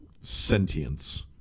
sentience